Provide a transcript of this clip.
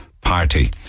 party